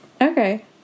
Okay